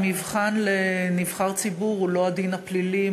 המבחן לנבחר ציבור הוא לא הדין הפלילי,